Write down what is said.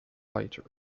later